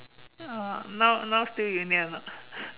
uh now now still union or not